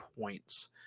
points